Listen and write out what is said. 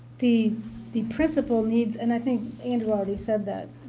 the the principal needs, and i think andrew already said that.